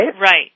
Right